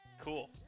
Cool